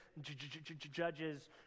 judges